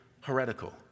heretical